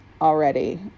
already